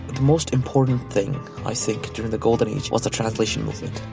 the most important thing, i think during the golden age, was the translation movement.